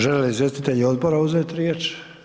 Želi li izvjestitelji odbora uzeti riječ?